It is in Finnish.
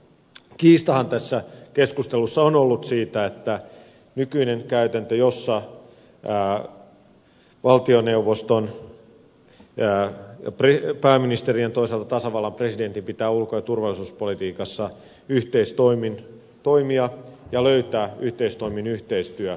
kiistahan tässä keskustelussa on ollut siitä että nykyinen käytäntö jossa valtioneuvoston ja pääministerin ja toisaalta tasavallan presidentin pitää ulko ja turvallisuuspolitiikassa yhteistoimin toimia ja löytää yhteistoimin yhteistyö